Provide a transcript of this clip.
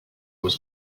was